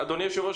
אדוני היושב-ראש,